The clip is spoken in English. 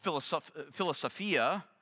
philosophia